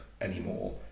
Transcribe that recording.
anymore